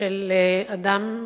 של אדם,